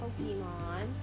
Pokemon